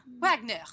Wagner